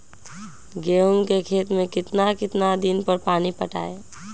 गेंहू के खेत मे कितना कितना दिन पर पानी पटाये?